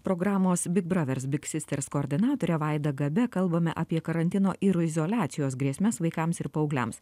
programos big bravers big sisters koordinatore vaida gabe kalbame apie karantino ir izoliacijos grėsmes vaikams ir paaugliams